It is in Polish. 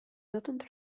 dotąd